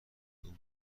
اون